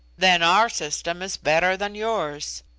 then our system is better than yours.